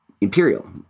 imperial